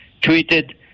tweeted